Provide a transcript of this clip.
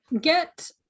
get